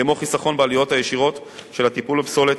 כמו חיסכון בעלויות הישירות של הטיפול בפסולת